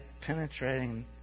penetrating